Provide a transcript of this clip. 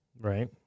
right